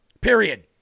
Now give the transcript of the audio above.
Period